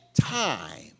time